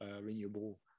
renewable